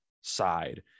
side